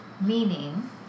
Meaning